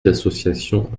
l’association